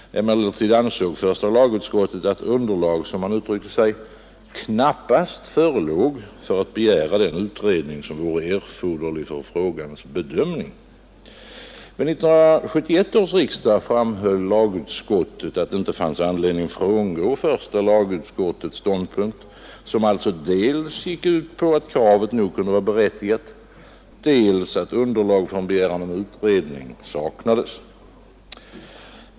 Emellertid ansåg första lagutskottet att underlag, som man uttryckte sig, knappast förelåg för att begära den utredning som vore erforderlig för frågans bedömning. Vid 1971 års riksdag framhöll lagutskottet att det inte fanns anledning att frångå första lagutskottets ståndpunkt, som alltså innebar dels att kravet nog kunde vara berättigat, dels att underlag för en begäran om utredning saknades.